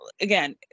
again